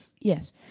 Yes